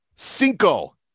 Cinco